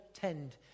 tend